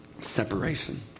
separation